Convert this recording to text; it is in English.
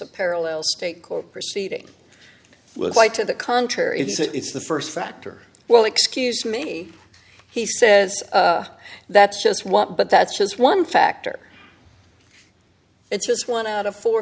a parallel state court proceeding with quite to the contrary it's the first factor well excuse me he says that's just what but that's just one factor it's just one out of four